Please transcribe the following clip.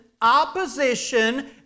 opposition